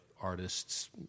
artists